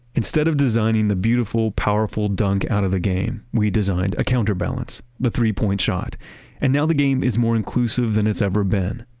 instead of designing the beautiful, powerful dunk out of the game, we designed a counterbalance, the three-point shot and now the game is more inclusive than it's ever been.